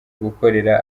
gukorera